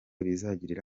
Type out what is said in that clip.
bizagirira